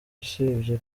usibye